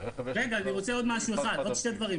עוד שני דברים.